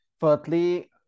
firstly